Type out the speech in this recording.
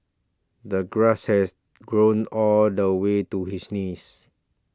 the grass has grown all the way to his knees